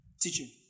teaching